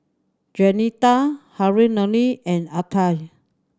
Juanita Harlene and Altie